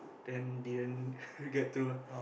then didn't get to ah